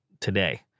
today